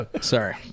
Sorry